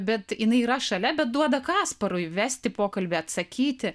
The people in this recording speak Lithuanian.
bet jinai yra šalia bet duoda kasparui vesti pokalbį atsakyti